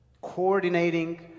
coordinating